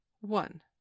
one